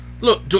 Look